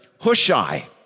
Hushai